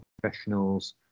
professionals